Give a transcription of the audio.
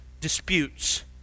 disputes